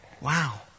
Wow